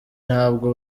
ntabwo